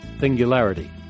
Singularity